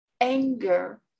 anger